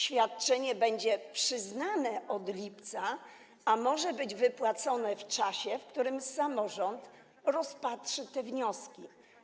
Świadczenie będzie przyznane od lipca, a może być wypłacone w czasie, w którym samorząd rozpatrzy te wnioski.